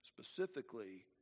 Specifically